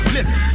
Listen